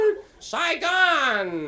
Saigon